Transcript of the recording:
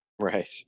Right